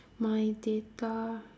my data